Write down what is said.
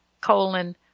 colon